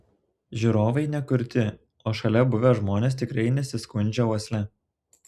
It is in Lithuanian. žiūrovai ne kurti o šalia buvę žmonės tikrai nesiskundžia uosle